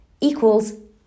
equals